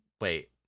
wait